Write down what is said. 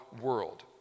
world